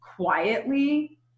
quietly